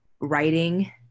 writing